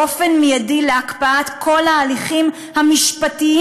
באופן מיידי להקפיא את כל ההליכים המשפטיים